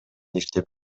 иштеп